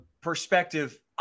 perspective